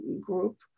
group